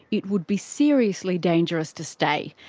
it would be seriously dangerous to stay.